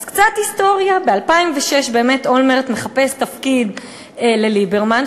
אז קצת היסטוריה: ב-2006 אולמרט מחפש תפקיד לליברמן,